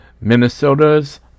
Minnesota's